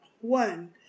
One